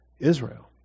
Israel